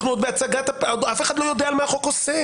עוד אף אחד לא יודע במה החוק עוסק.